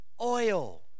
Oil